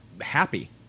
happy